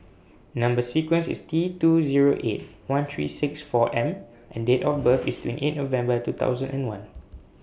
Number sequence IS T two Zero eight one three six four M and Date of birth IS twenty eight November two thousand and one